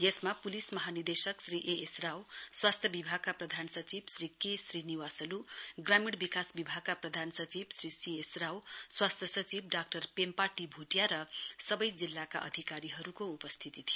यसमा पुलिस महानिर्देशक Shri A S Rao स्वास्थ्य विभागका प्रधान सचिव श्री के श्रीनिवासुल ग्रामीण विकास विभागका प्रधान सचिव श्री सी एस राव स्वास्थ्य सचिव डाक्टर पेम्पा टी भुटिया र सबै जिल्लाका अधिकारीहरूको उपस्थिति थियो